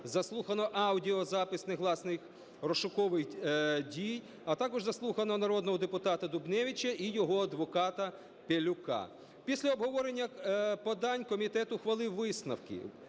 заслухано аудіозапис негласних розшукових дій, а також заслухано народного депутата Дубневича і його адвоката Пелюка. Після обговорення подань комітет ухвалив висновки.